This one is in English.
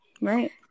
Right